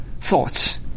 thoughts